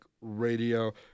Radio